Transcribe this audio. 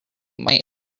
might